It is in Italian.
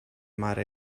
mare